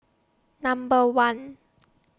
Number one